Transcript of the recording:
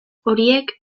horiek